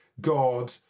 God